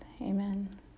Amen